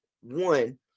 one